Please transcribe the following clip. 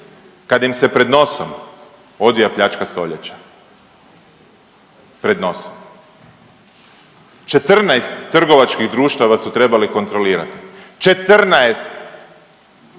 kad im se pred nosom odvija pljačka stoljeća. Pred nosom. 14 trgovačkih društva su trebali kontrolirati. 14.